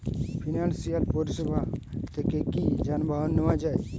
Financial পরিসেবা থেকে কি যানবাহন নেওয়া যায়?